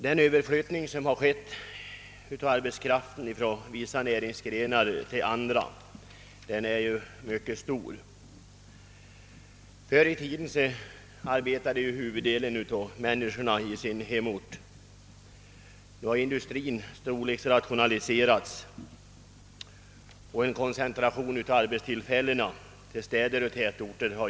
Den omflyttning av arbetskraft som skett från vissa näringsgrenar till andra är mycket stor, Förr i tiden arbetade ju de flesta människor i sin hemort. Nu har industrin storleksrationaliserat, och därigenom har arbetstillfällena koncentrerats till städer och tätorter.